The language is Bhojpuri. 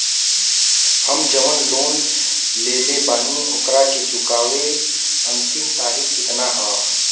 हम जवन लोन लेले बानी ओकरा के चुकावे अंतिम तारीख कितना हैं?